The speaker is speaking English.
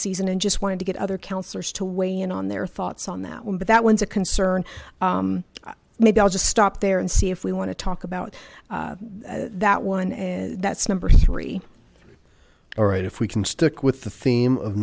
season and just wanted to get other counselors to weigh in on their thoughts on that one but that one's a concern maybe i'll just stop there and see if we want to talk about that one that's number three all right if we can stick with the theme of